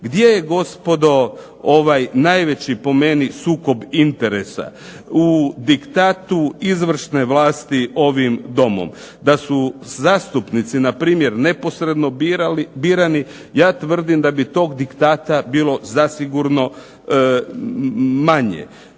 Gdje je gospodo ovaj najveći po meni sukob interesa? U diktatu izvršne vlasti ovim Domom. Da su zastupnici npr. neposredno birani ja tvrdim da bi tog diktata bilo zasigurno manje.